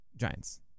Giants